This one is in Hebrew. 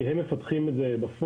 כי הם מפתחים את זה בפועל.